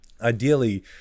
ideally